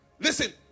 Listen